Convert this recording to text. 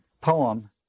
poem